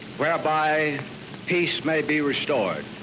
whereby peace may be restored.